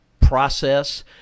process